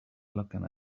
looking